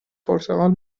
پرتقال